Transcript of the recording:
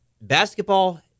Basketball